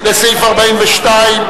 לסעיף 41(2),